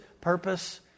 purpose